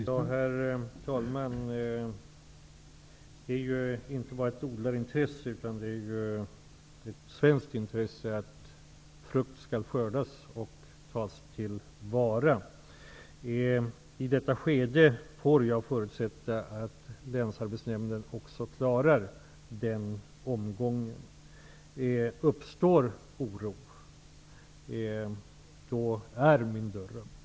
Herr talman! Det är inte bara ett odlarintresse, utan ett svenskt intresse att frukten skall skördas och tas till vara. I detta skede får jag förutsätta att Länsarbetsnämnden också klarar av den omgången. Uppstår oro är min dörr öppen.